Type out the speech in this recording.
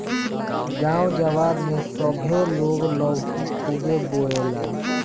गांव जवार में सभे लोग लौकी खुबे बोएला